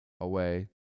away